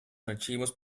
archivos